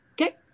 Okay